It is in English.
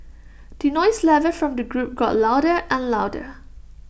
the noise level from the group got louder and louder